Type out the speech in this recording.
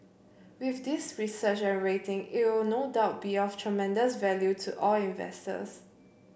with this research and rating it will no doubt be of tremendous value to all investors